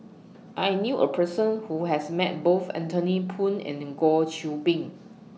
I knew A Person Who has Met Both Anthony Poon and Goh Qiu Bin